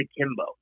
akimbo